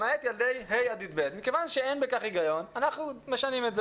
למעט ילדי כיתות ה' עד י"ב.